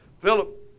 Philip